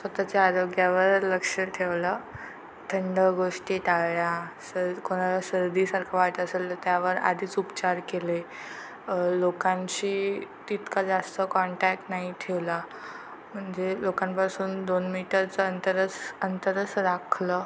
स्वत च्या आरोग्यावर लक्ष ठेवलं थंड गोष्टी टाळल्या स कोणाला सर्दीसारखं वाटत असेल तर त्यावर आधीच उपचार केले लोकांशी तितका जास्त कॉन्टॅक्ट नाही ठेवला म्हणजे लोकांपासून दोन मीटरचं अंतरच अंतरच राखलं